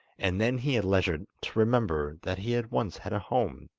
and then he had leisure to remember that he had once had a home,